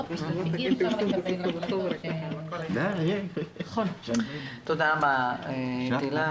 מכיוון שאי אפשר לקבל החלטות ש --- תודה רבה תהלה.